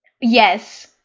Yes